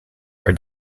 are